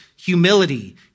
Humility